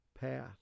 path